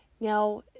Now